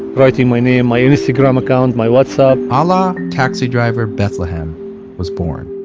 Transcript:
writing my name, my instagram account, my whatsapp alaa taxi driver bethlehem was born.